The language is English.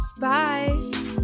bye